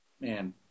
man